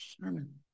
sermon